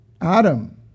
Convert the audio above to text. Adam